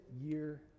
year